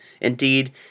Indeed